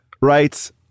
writes